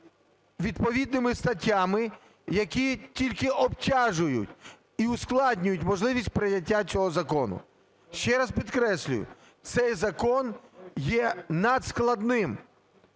відповідними статтями, які тільки обтяжують і ускладнюють можливість прийняття цього закону. Ще раз підкреслюю, цей закон є надскладним